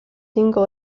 cinco